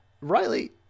Riley